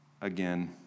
again